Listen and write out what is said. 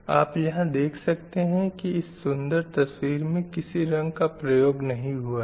आप यहाँ देख सकते हैं की इस सुंदर तस्वीर में किसी रंग का प्रयोग नहीं हुआ है